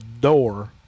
door